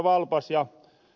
valpas ja ed